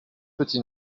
petit